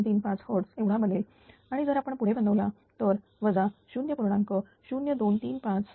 0235 Hz एवढा बनेल आणि जर आपण पुढे बनवला तर वजा 0